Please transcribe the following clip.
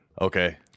Okay